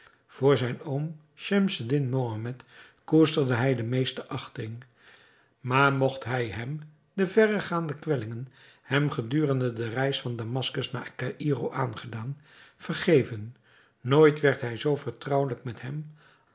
voor zijn oom schemseddin mohammed koesterde hij de meeste achting maar mogt hij hem de verregaande kwellingen hem gedurende de reis van damaskus naar caïro aangedaan vergeven nooit werd hij zoo vertrouwelijk met hem